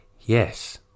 Yes